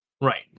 Right